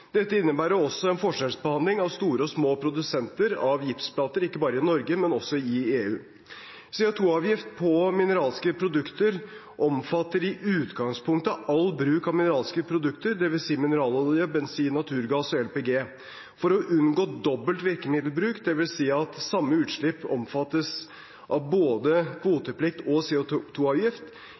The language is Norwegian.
Dette innebærer også en forskjellsbehandling av store og små produsenter av gipsplater, ikke bare i Norge, men også i EU. CO 2 -avgift på mineralske produkter omfatter i utgangspunktet all bruk av mineralske produkter, dvs. mineralolje, bensin, naturgass og LPG. For å unngå dobbelt virkemiddelbruk, dvs. at samme utslipp omfattes av både kvoteplikt og